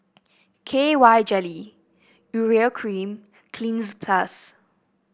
K Y Jelly Urea Cream Cleanz Plus